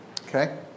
Okay